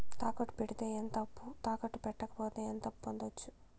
తాకట్టు పెడితే ఎంత అప్పు, తాకట్టు పెట్టకపోతే ఎంత అప్పు పొందొచ్చు?